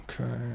Okay